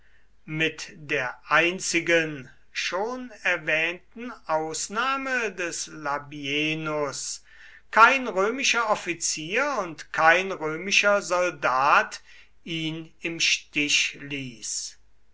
mit der einzigen schon erwähnten ausnahme des labienus kein römischer offizier und kein römischer soldat ihn im stich ließ